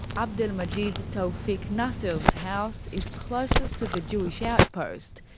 abdel-majid taufic nasser's house is closest to the jewish outpost,